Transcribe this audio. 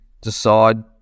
decide